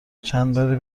چندباری